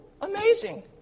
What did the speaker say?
amazing